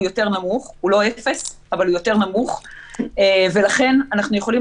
יותר נמוך הוא לא אפס אבל הוא יותר נמוך ולכן אנחנו יכולים